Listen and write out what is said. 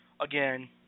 again